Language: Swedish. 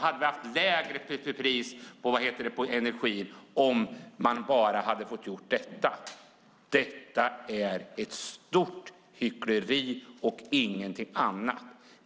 Hade man bara fått göra detta hade vi haft ett lägre pris på energin. Detta är ett stort hyckleri och ingenting annat.